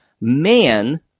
man